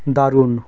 দারুণ